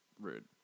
rude